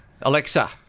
Alexa